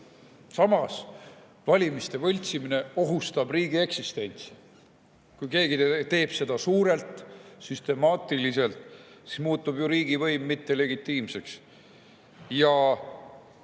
Samas, valimiste võltsimine ohustab riigi eksistentsi. Kui keegi teeb seda suurelt, süstemaatiliselt, siis muutub riigivõim mittelegitiimseks.